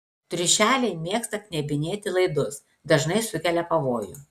triušeliai mėgsta knebinėti laidus dažnai sukelia pavojų